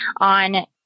on